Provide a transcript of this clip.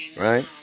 right